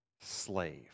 slave